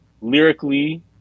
lyrically